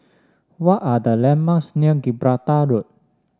what are the landmarks near Gibraltar Road